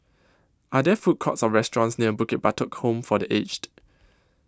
Are There Food Courts Or restaurants near Bukit Batok Home For The Aged